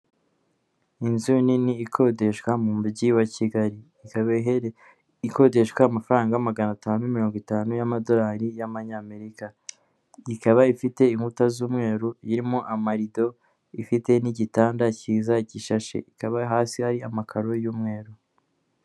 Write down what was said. Inzu nini ikodeshwa mu mujyi wa Kigali, ikaba ikodeshwa amafaranga magana atanu mirongo itanu y'amadorari y'amanyamerika, ikaba ifite inkuta z'umweru irimo amarido, ifite n'igitanda cyiza gishashe, hikaba hasi hari amakaro y'umweru.